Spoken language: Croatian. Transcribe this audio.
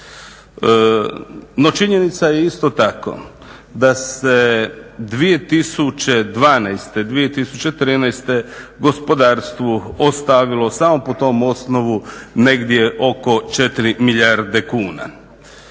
No činjenica je isto tako da se 2012., 2013. gospodarstvu ostavilo samo po tom osnovu negdje oko 4 milijarde kuna.